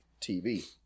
TV